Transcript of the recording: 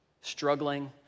struggling